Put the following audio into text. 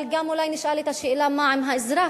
אבל גם אולי נשאל את השאלה, מה עם האזרח?